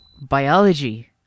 Biology